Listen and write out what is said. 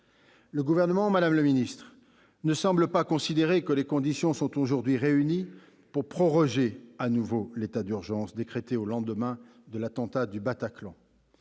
Le Gouvernement, madame la ministre, ne semble pas considérer que les conditions sont aujourd'hui réunies pour proroger de nouveau l'état d'urgence décrété au lendemain de l'attentat du Bataclan.